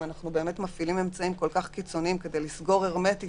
אם אנחנו באמת מפעילים אמצעים כל כך קיצוניים כדי לסגור הרמטית